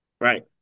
right